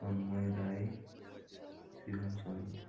Tanmoy Roy Segun Samanta